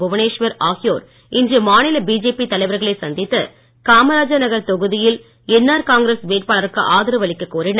புவனேஸ்வர் ஆகியோர் இன்று மாநில பிஜேபி தலைவர்களை சந்தித்து காமராஜர் நகர் தொகுதியில் என்ஆர் காங்கிரஸ் வேட்பாளருக்கு ஆதரவு அளிக்கக் கோரினர்